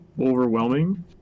overwhelming